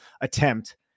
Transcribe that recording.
attempt